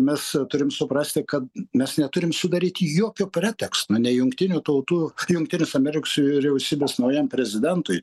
mes turim suprasti kad mes neturim sudaryti jokio preteksto nei jungtinių tautų jungtinės ameriks vyriausybės naujam prezidentui